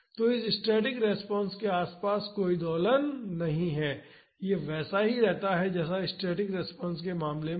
तो इस static response के आसपास कोई दोलन नहीं है यह वैसा ही रहता है जैसा स्टैटिक रिस्पांस के मामले में है